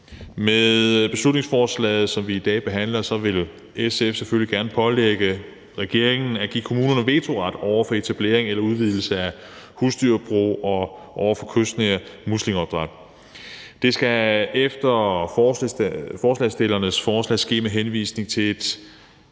Med beslutningsforslaget, som vi i dag behandler, vil SF selvfølgelig gerne pålægge regeringen at give kommunerne vetoret over for etablering eller udvidelse af husdyrbrug og over for kystnære muslingeopdræt. Det skal efter forslagsstillernes forslag ske med henvisning til et